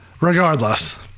Regardless